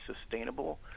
sustainable